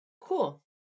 Cool